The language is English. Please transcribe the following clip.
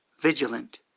vigilant